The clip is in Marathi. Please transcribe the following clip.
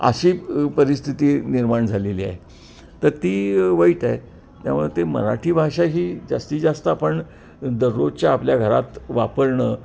अशी परिस्थिती निर्माण झालेली आहे तर ती वाईट आहे त्यामुळे ते मराठी भाषा ही जास्तीत जास्त आपण दररोजच्या आपल्या घरात वापरणं